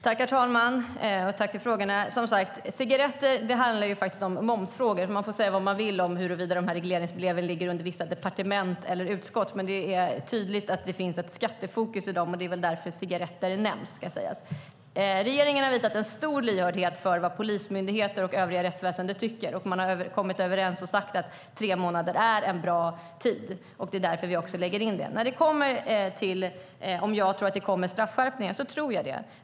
Herr talman! Tack för frågorna! Cigaretter handlar faktiskt om momsfrågor, så man får säga vad man vill om huruvida regleringsbreven ligger under vissa departement eller utskott. Men det är tydligt att det finns ett skattefokus i dem, och det är väl därför cigaretter nämns. Regeringen har visat stor lyhördhet för vad polismyndigheter och övriga rättsväsendet tycker. Man har kommit överens och sagt att tre månader är en bra period. Det är därför vi föreslår det. Så till frågan om jag tror att det kommer straffskärpningar. Jag tror det.